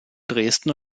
dresden